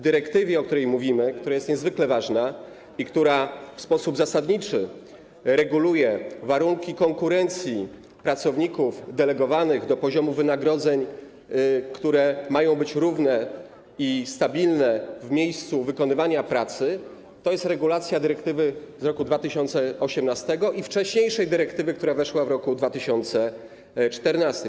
Dyrektywa, o której mówimy, jest niezwykle ważna i w sposób zasadniczy reguluje warunki konkurencji pracowników delegowanych, jeśli chodzi o poziom wynagrodzeń, które mają być równe i stabilne w miejscu wykonywania pracy, to jest regulacja dyrektywy z roku 2018 i wcześniejszej dyrektywy, która weszła w roku 2014.